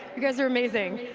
you guys are amazing.